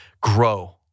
grow